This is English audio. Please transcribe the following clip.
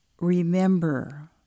remember